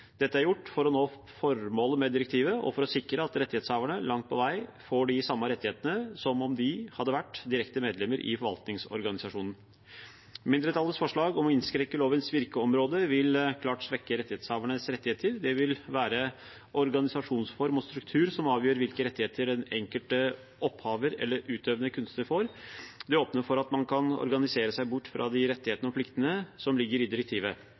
Dette er gjort for å nå formålet med direktivet, og for å sikre at rettighetshaverne langt på vei får de samme rettighetene som om de hadde vært direkte medlemmer i forvaltningsorganisasjonen. Mindretallets forslag om å innskrenke lovens virkeområde vil klart svekke rettighetshavernes rettigheter. Det vil være organisasjonsform og struktur som avgjør hvilke rettigheter den enkelte opphaver eller utøvende kunstner får. Det åpner for at man kan organisere seg bort fra de rettighetene og pliktene som ligger i direktivet.